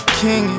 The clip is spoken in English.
king